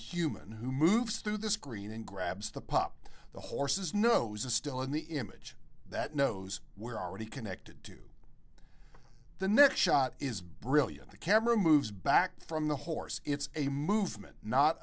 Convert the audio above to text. human who moves through the screen and grabs the pup the horse's nose is still and the image that knows we're already connected to the next shot is brilliant the camera moves back from the horse it's a movement not